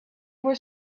were